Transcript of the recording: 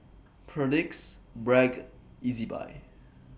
Perdix Bragg and Ezbuy